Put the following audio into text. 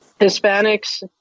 Hispanics